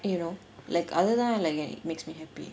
you know like அது தான்:athu thaan makes me happy